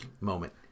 moment